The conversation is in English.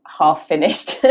half-finished